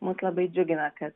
mus labai džiugina kad